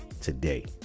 today